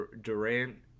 Durant